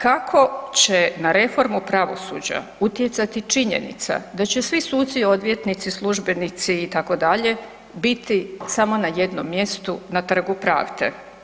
Kako će na reformu pravosuđa utjecati činjenica da će svi suci, odvjetnici, službenici itd., biti samo na jednom mjestu na Trgu pravde?